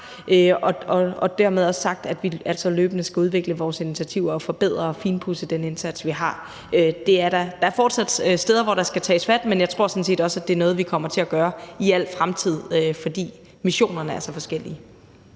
og dermed siger jeg også, at vi løbende skal udvikle vores initiativer og forbedre og finpudse den indsats, vi gør. Der er fortsat steder, hvor der skal tages fat, men jeg tror sådan set også, at det er noget, vi kommer til at gøre i al fremtid, fordi missionerne er så forskellige.